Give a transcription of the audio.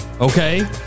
okay